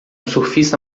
surfista